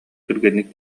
түргэнник